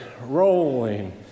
rolling